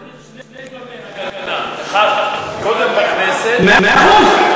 צריך שני קווי הגנה, קודם בכנסת, מאה אחוז.